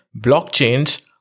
blockchains